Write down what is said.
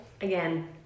Again